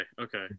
okay